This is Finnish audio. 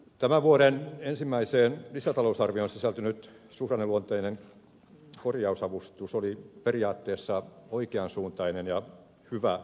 tämän vuoden ensimmäiseen lisätalousarvioon sisältynyt suhdanneluonteinen korjausavustus oli periaatteessa oikean suuntainen ja hyvä avaus